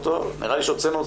זה מאבק שמתנהל